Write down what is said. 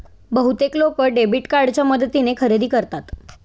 बहुतेक लोक डेबिट कार्डच्या मदतीने खरेदी करतात